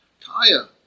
Kaya